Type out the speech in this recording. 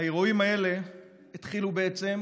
האירועים האלה התחילו בעצם